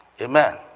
Amen